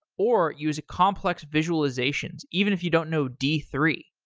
or use complex visualizations even if you don't know d three.